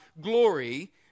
glory